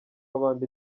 abandi